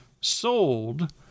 sold